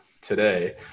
today